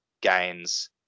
gains